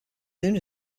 soon